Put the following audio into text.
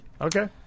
Okay